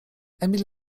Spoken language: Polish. emil